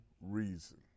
reason